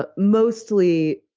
but mostly,